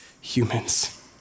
humans